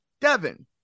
Devin